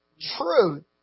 truth